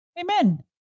amen